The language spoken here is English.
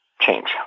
change